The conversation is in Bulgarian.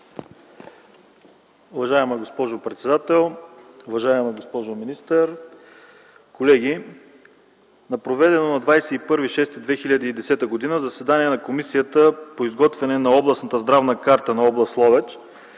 Уважаема госпожо председател, уважаема госпожо министър, колеги! На проведено на 21 юни 2010 г. заседание на Комисията по изготвяне на областната здравна карта на област Ловеч